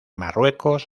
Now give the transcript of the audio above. marruecos